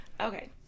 Okay